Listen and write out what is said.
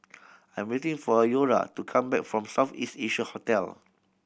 I'm waiting for Eura to come back from South East Asia Hotel